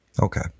Okay